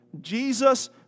Jesus